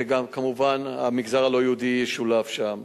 וכמובן המגזר הלא-יהודי ישולב שם.